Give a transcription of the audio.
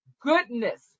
goodness